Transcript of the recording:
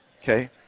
Okay